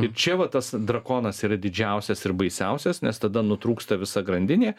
ir čia va tas drakonas yra didžiausias ir baisiausias nes tada nutrūksta visa grandinė